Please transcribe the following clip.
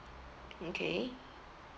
okay